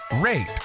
rate